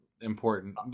important